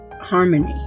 harmony